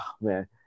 man